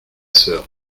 sœur